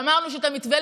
ואמרנו שאת המתווה,